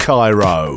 Cairo